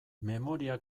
memoria